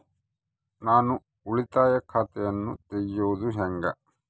ನಾನು ಉಳಿತಾಯ ಖಾತೆಯನ್ನ ತೆರೆಯೋದು ಹೆಂಗ?